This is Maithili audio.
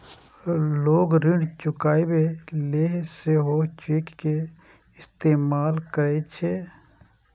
लोग ऋण चुकाबै लेल सेहो चेक के इस्तेमाल करै छै